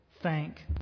thank